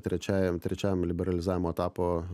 trečiajam trečiajam liberalizavimo etapo